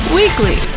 weekly